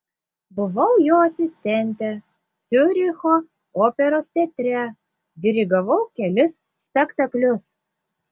buvau jo asistentė ciuricho operos teatre dirigavau kelis spektaklius